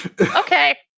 Okay